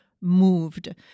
moved